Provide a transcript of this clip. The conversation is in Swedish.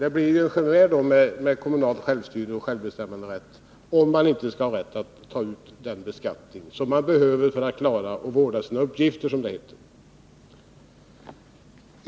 Det blir inte kommunalt självstyre och kommunal självbeskattningsrätt om inte kommunerna skall ha rätten att ta ut den skatt de behöver för att vårda sina uppgifter, som det heter.